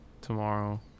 tomorrow